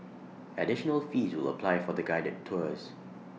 additional fees will apply for the guided tours